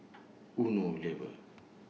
Unilever